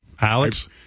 Alex